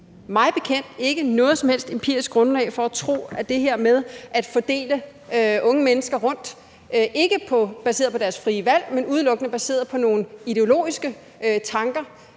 findes der ikke noget som helst empirisk grundlag for at tro, at det her med at fordele unge mennesker rundt – ikke baseret på deres frie valg, men udelukkende baseret på nogle ideologiske tanker